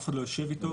אף אחד לא יושב איתו.